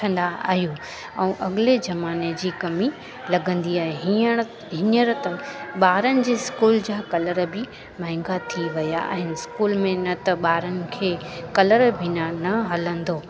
वठंदा आहियूं ऐं अॻिले ज़माने जी कमी लॻंदी आहे हींअर हींअर त ॿारनि जे स्कूल जा कलर बि महांगा थी विया आहिनि स्कूल में न त ॿारनि खे कलर बिना न हलंदो